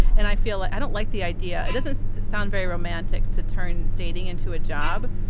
and i feel like i don't like the idea. it doesn't sound very romantic to turn dating into a job,